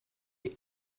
eich